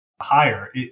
higher